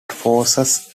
forces